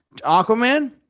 Aquaman